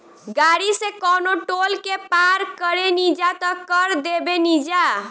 गाड़ी से कवनो टोल के पार करेनिजा त कर देबेनिजा